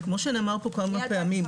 זה כמו שנאמר פה כמה פעמים,